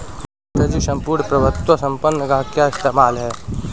Master ji सम्पूर्ण प्रभुत्व संपन्न का क्या इस्तेमाल है?